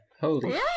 Holy